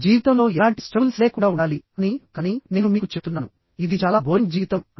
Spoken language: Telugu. జీవితంలో ఎలాంటి స్ట్రగుల్స్ లేకుండా ఉండాలి అని కాని నేను మీకు చెప్తున్నాను ఇది చాలా బోరింగ్ జీవితం అని